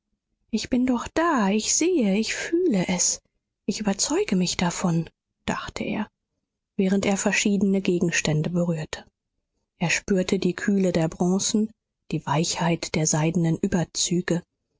ich bin doch da ich sehe ich fühle es ich überzeuge mich davon dachte er während er verschiedene gegenstände berührte er spürte die kühle der bronzen die weichheit der seidenen überzüge